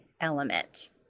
element